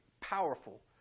powerful